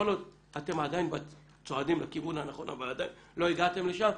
כל עוד אתם עדיין צועדים לכיוון הנכון אבל עדיין לא הגעתם לשם,